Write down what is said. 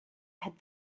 had